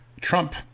Trump